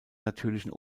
natürlichen